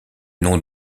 nom